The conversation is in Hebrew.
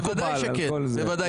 בוודאי שכן.